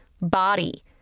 Body